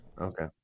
Okay